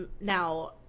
Now